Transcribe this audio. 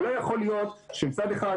אבל לא יכול להיות שמצד אחד,